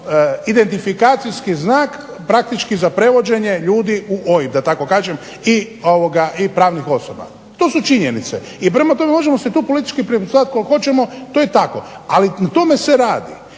identifikacijski znak praktički za prevođenje ljudi u OIB da tako kažem, i pravnih osoba. To su činjenice. I prema tome možemo se tu politički prepucavati koliko hoćemo, to je tako. Ali o tome se radi.